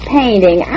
painting